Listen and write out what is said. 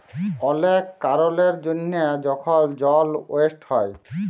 অলেক কারলের জ্যনহে যখল জল ওয়েস্ট হ্যয়